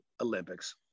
Olympics